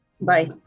Bye